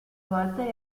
volte